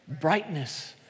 Brightness